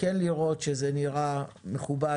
אז צריך כן לראות שזה נראה מכובד,